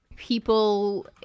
people